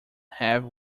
have